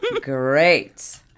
Great